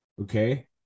Okay